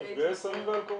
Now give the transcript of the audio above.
נפגעי סמים ואלכוהול.